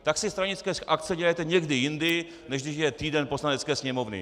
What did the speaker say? Tak si stranické akce dělejte někdy jindy, než když je týden Poslanecké sněmovny.